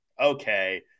okay